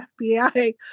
FBI